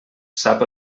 sap